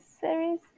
series